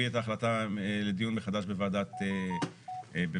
את ההחלטה לדיון מחדש בוועדת הפנים.